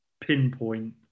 pinpoint